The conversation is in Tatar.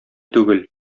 түгел